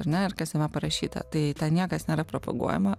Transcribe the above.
ar ne ir kas jame parašyta tai ten niekas nėra propaguojama